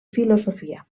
filosofia